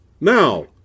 Now